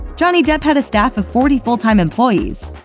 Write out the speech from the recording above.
johnny depp had a staff of forty full-time employees.